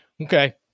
Okay